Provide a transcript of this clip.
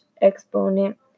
exponent